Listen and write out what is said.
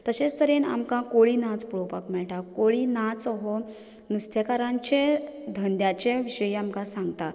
तशेच तरेन आमकां कोळी नाच पळोवपाक मेळटा कोळी नाच हो नुस्तेकारांचें धंद्याच्या विशयांत आमकां सांगता